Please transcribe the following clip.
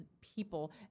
people